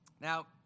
Now